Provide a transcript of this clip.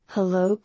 Hello